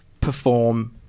perform